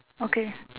okay